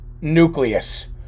nucleus